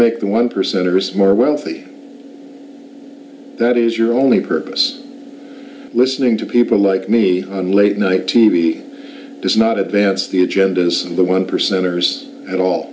make the one percenters more wealthy that is your only purpose listening to people like me on late night t v does not advance the agendas and the one percenters at all